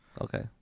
Okay